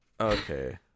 Okay